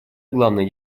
главный